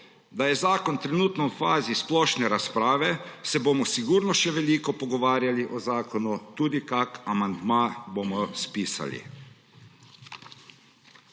da je zakon trenutno v fazi splošne razprave, se bomo sigurno še veliko pogovarjali o zakonu, tudi kakšen amandma bomo spisali.